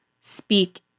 speak